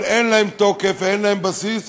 אבל אין להן תוקף ואין להן בסיס,